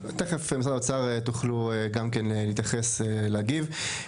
תכף משרד האוצר יוכלו גם כן להתייחס ולהגיב.